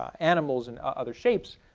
animals and other shapes.